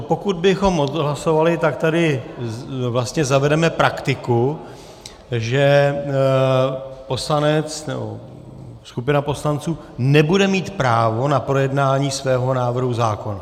Pokud bychom to odhlasovali, tak tady vlastně zavedeme praktiku, že poslanec nebo skupina poslanců nebude mít právo na projednání svého návrhu zákona.